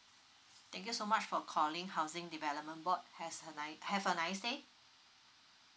thank you so much for calling housing development board has a ni~ have a nice day